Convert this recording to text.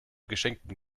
geschenkten